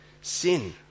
sin